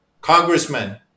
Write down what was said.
congressman